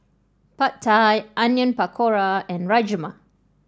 Pad Thai Onion Pakora and Rajma